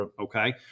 okay